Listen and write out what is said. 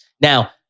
Now